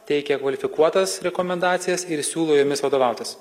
teikia kvalifikuotas rekomendacijas ir siūlo jomis vadovautis